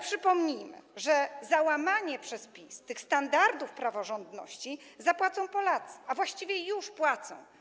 Przypomnijmy, że za łamanie przez PiS tych standardów praworządności zapłacą Polacy, a właściwie już płacą.